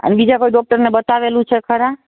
અન બીજા કોઈ ડૉક્ટરને બતાવેલું છે ખરા